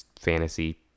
fantasy